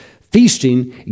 feasting